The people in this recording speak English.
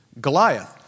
Goliath